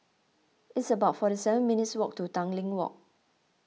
it's about forty seven minutes' walk to Tanglin Walk